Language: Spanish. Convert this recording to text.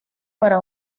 para